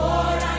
Lord